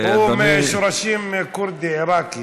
הוא עם שורשים, כורדי עיראקי,